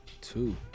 Two